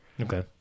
Okay